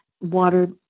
water